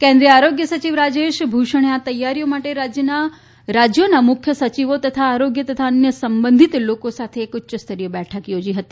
કેન્રિવિય આરોગ્ય સચિવ રાજેશ ભૂષણે આ તૈયારીઓ માટે રાજ્યોના મુખ્ય સચિવો તથા આરોગ્ય અને અન્ય સંબંધિત લોકો સાથે એક ઉચ્ય સ્તરીય બેઠક યોજી હતી